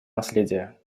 наследия